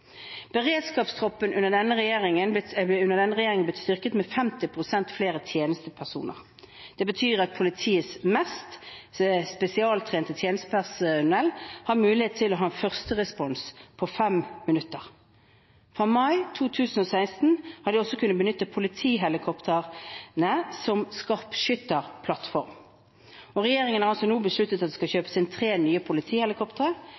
under denne regjeringen blitt styrket med 50 pst. flere tjenestepersoner. Det betyr at politiets mest spesialtrente tjenestepersonell har mulighet til å ha en førsterespons på fem minutter. Fra mai 2016 har de også kunnet benytte politihelikoptrene som skarpskytterplattform. Regjeringen har nå besluttet at det skal kjøpes inn tre nye politihelikoptre.